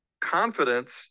confidence